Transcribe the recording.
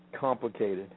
complicated